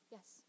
Yes